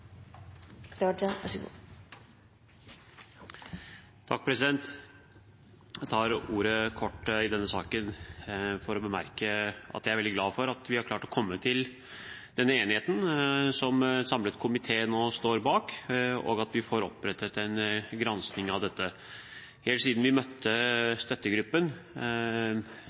veldig glad for at vi har klart å komme til denne enigheten som en samlet komité nå står bak, og at vi får en granskning av dette. Helt siden kontrollkomiteen møtte